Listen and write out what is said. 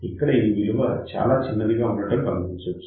ఇక్కడ ఈ విలువ చాలా చిన్నదిగా ఉండడం గమనించవచ్చు